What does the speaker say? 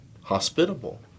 hospitable